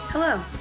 Hello